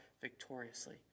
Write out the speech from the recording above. victoriously